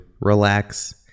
relax